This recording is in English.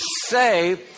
say